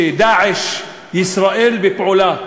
שדאעש-ישראל בפעולה,